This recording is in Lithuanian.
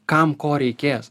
kam ko reikės